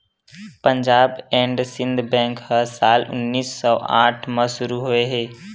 Punjab and Sind bank ह साल उन्नीस सौ आठ म शुरू होए हे